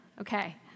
Okay